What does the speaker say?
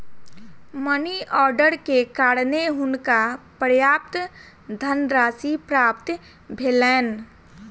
money order के कारणें हुनका पर्याप्त धनराशि प्राप्त भेलैन